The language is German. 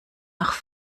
nach